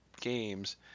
games